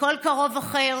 כל קרוב אחר.